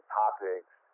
topics